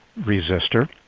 resistor.